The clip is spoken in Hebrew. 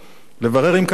לברר אם קרה משהו.